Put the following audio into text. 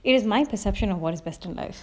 it is my perception of what is best in life